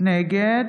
נגד